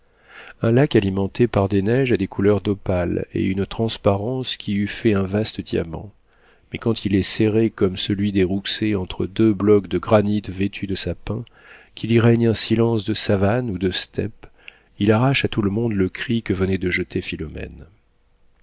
un lac alimenté par des neiges a des couleurs d'opale et une transparence qui en fait un vaste diamant mais quand il est serré comme celui des rouxey entre deux blocs de granit vêtus de sapins qu'il y règne un silence de savane ou de steppe il arrache à tout le monde le cri que venait de jeter philomène